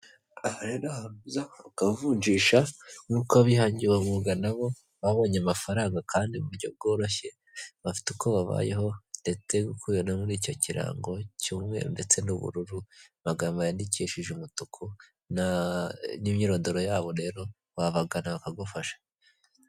Bakavunjisha nk'uko abihangiye uwo mwuga na bo babonye amafaranga kandi mu buryo bworoshye, bafite uko babayeho, ndetse gukorera muri icyo kirango cy'umweru ndetse n'ubururu, amagambo yandikishije umutuku n'imyirondoro yabo. Rero wabagana bakagufasha.